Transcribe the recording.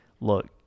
look